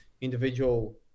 individual